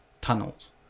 tunnels